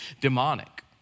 demonic